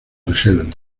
argel